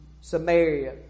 Samaria